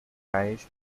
cães